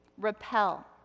repel